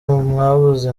mwabuze